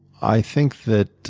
i think that